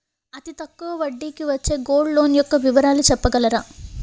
అతి తక్కువ వడ్డీ కి వచ్చే గోల్డ్ లోన్ యెక్క వివరాలు చెప్పగలరా?